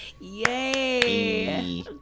Yay